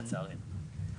לצערנו.